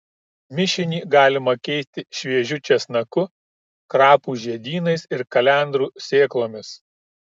mišinį galima keisti šviežiu česnaku krapų žiedynais ir kalendrų sėklomis